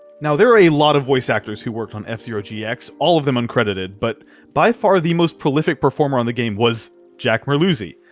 now, there are a lot of voice actors who worked on f-zero gx all of them uncredited but by far the most prolific performer on the game was jack merluzzi.